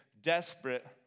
desperate